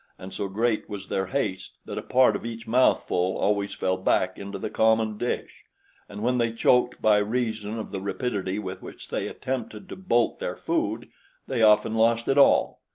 and so great was their haste that a part of each mouthful always fell back into the common dish and when they choked, by reason of the rapidity with which they attempted to bolt their food they often lost it all.